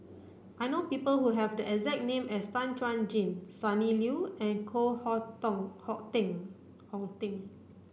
I know people who have the exact name as Tan Chuan Jin Sonny Liew and Koh Hong Teng